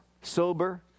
sober